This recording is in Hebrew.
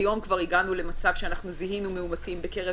כיום כבר הגענו למצב שזיהינו מאומתים בקרב